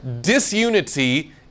disunity